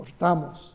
cortamos